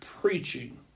preaching